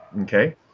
Okay